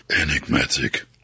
enigmatic